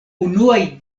unuaj